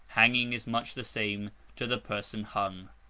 hanging is much the same to the person hung.